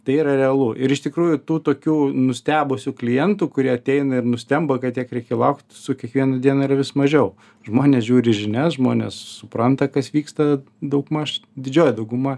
tai yra realu ir iš tikrųjų tų tokių nustebusių klientų kurie ateina ir nustemba kad tiek reikia laukt su kiekviena diena yra vis mažiau žmonės žiūri žinias žmonės supranta kas vyksta daugmaž didžioji dauguma